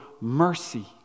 mercy